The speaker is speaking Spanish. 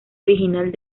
original